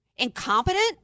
Incompetent